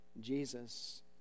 Jesus